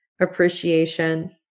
appreciation